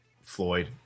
Floyd